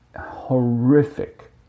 horrific